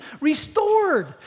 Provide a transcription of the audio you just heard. restored